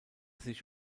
sich